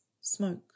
smoke